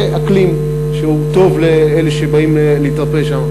באקלים שהוא טוב לאלה שבאים להתרפא שם,